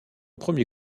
premier